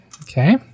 Okay